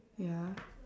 ya